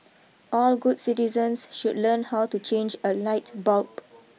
all good citizens should learn how to change a light bulb